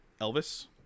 Elvis